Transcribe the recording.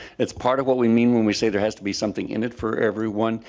it's part of what we mean when we say there has to be something in it for everyone.